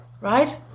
right